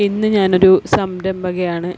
ഇന്ന് ഞാനൊരു സംരംഭകയാണ്